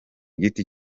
giti